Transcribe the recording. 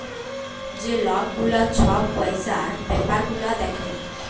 যে লক গুলা ছব পইসার ব্যাপার গুলা দ্যাখে